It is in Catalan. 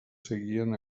seguien